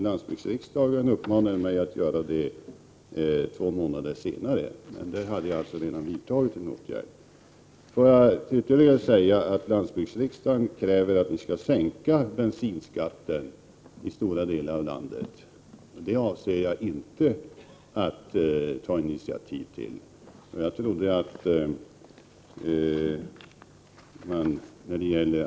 Landsbygdsriksdagen uppmanade mig två månader senare att göra detta, men den åtgärden hade jag redan vidtagit. Landsbygdsriksdagen kräver att vi skall sänka bensinskatten i stora delar av landet. Jag avser inte att ta initiativ till en sådan sänkning.